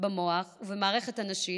במוח ובמערכת הנשית,